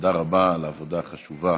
תודה רבה על העבודה החשובה